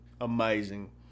Amazing